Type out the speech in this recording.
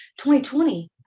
2020